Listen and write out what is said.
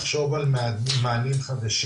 לחשוב על מענים חדשים.